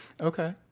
Okay